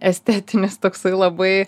estetinis toksai labai